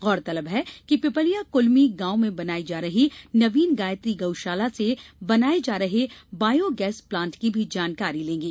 गौरतलब है कि पिपलिया कुलमी गॉव में बनाई जा रही नवीन गायत्री गौशाला से बनाये जा रहे बायो गैस प्लांट की भी जानकारी लेंगे